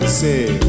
say